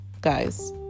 guys